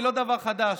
היא לא דבר חדש.